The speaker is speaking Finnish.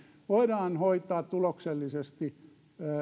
voidaan hoitaa tuloksellisesti